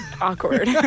Awkward